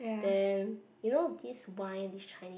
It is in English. then you know this wine Chinese